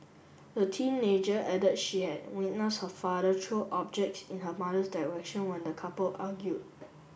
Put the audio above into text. the teenager added she had witnessed her father throw objects in her mother's direction when the couple argued